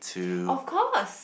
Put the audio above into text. of course